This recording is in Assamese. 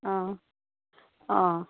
অঁ অঁ